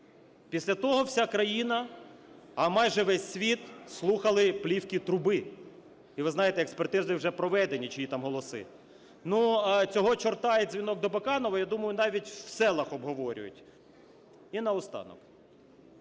Після того вся країна, а майже весь світ, слухали плівки Труби. І ви знаєте, експертизи вже проведені, чиї там голоси. Цього "чорта" і дзвінок до Баканова, я думаю, навіть в селах обговорюють. І наостанок.